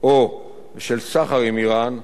או לסחר עם אירן,